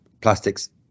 plastics